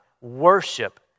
worship